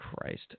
Christ